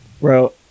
Bro